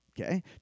Okay